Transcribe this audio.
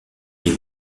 les